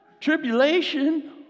Tribulation